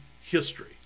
History